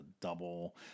double